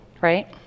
right